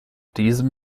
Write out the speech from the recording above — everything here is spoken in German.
dem